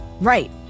Right